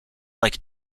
like